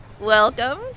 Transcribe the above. Welcome